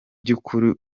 by’ukuri